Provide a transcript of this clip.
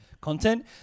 content